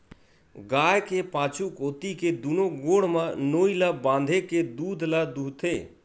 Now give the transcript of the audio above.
गाय के पाछू कोती के दूनो गोड़ म नोई ल बांधे के दूद ल दूहूथे